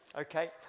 Okay